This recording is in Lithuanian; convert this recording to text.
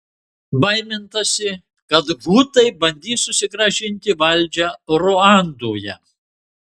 baimintasi kad hutai bandys susigrąžinti valdžią ruandoje